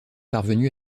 parvenu